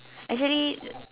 actually